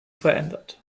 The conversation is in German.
verändert